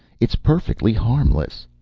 it's perfectly harmless.